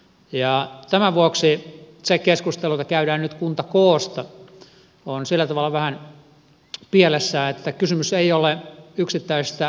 tämän vuoksi se keskustelu joka käydään nyt kuntakoosta on sillä tavalla vähän pielessä että kysymys ei ole yksittäisistä asukasmäärärajoista